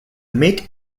meat